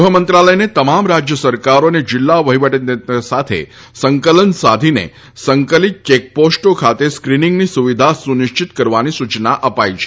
ગૃહમંત્રાલયને તમામ રાજ્ય સરકારો અને જિલ્લા વહિવટીતંત્ર સાથે સંકલન સાધીને સંકલીત ચેકપોસ્ટો ખાતે સ્ક્રિનીંગની સુવિધા સુનિશ્ચિત કરવાની સુચના અપાઈ છે